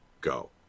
go